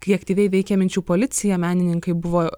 kai aktyviai veikė minčių policija menininkai buvo